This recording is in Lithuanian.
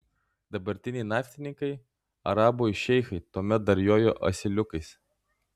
dabartiniai naftininkai arabų šeichai tuomet dar jojo asiliukais